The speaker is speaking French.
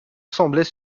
semblait